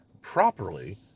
properly